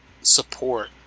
support